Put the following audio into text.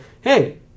hey